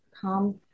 come